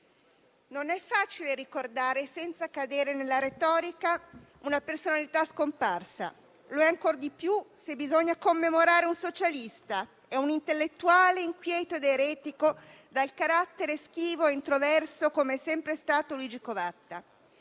non è facile ricordare, senza cadere nella retorica, una personalità scomparsa. Lo è ancor di più se bisogna commemorare un socialista, un intellettuale inquieto ed eretico, dal carattere schivo e introverso, come è sempre stato Luigi Covatta.